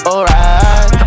Alright